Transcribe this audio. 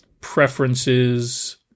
preferences